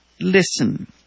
listen